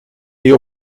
die